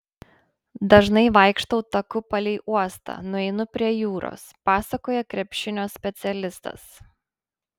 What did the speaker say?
dažnai vaikštau taku palei uostą nueinu prie jūros pasakoja krepšinio specialistas